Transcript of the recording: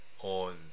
on